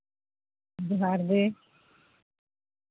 ᱡᱚᱦᱟᱨ ᱜᱮ